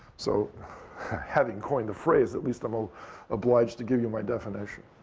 so having coined the phrase, at least i'm ah obliged to give you my definition.